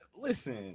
listen